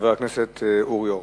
חבר הכנסת אורי אורבך.